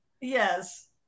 Yes